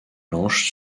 blanches